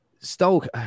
Stoke